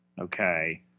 okay